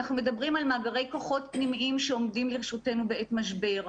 אנחנו מדברים על מאגרי כוחות פנימיים שעומדים לרשותנו בעת משבר,